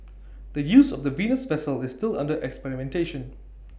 the use of the Venus vessel is still under experimentation